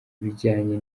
ibijyanye